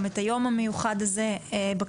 גם את היום המיוחד הזה בכנסת,